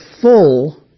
full